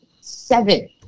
Seven